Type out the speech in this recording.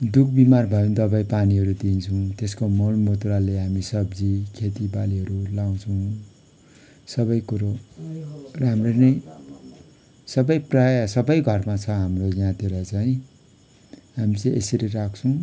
दुख बिमार भयो भने दबाईपानीहरू दिन्छौँ त्यसको मल मुत्रले हामी सब्जी खेतीबालीहरू लगाउँछौँ सबै कुरो राम्रो नै सबै प्रायः सबै घरमा छ हाम्रो यहाँतिर चाहिँ हामी चाहिँ यसरी राख्छौँ